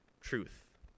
truth